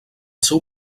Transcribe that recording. seu